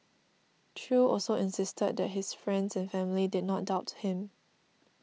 Chew also insisted that his friends and family did not doubt him